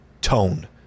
tone